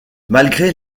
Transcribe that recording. malgré